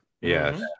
Yes